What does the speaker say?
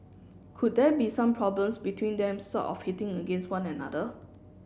could there be some problems between them sort of hitting against one another